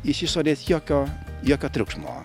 iš išorės jokio jokio triukšmo